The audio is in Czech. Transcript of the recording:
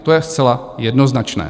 To je zcela jednoznačné.